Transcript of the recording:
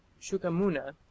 Shukamuna